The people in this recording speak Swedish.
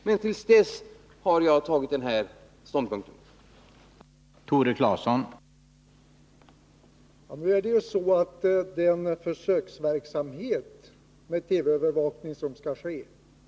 Men till dess har jag tagit den här ståndpunkten.